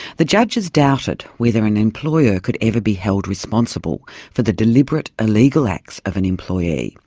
the judges doubted whether an employer could ever be held responsible for the deliberate illegal acts of an employee,